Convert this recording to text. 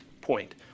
point